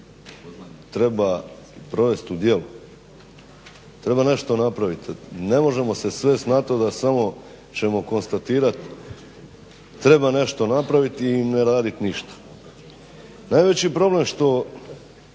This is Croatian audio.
treba provest u djelu, treba nešto napravit. Ne možemo se svest na to da samo ćemo konstatirat treba nešto napraviti i ne radit ništa. Najveći je problem što